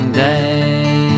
day